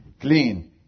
clean